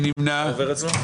1 נמנע.